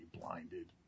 blinded